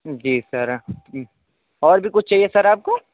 جی sir اور بھی کچھ چاہیے سر آپ کو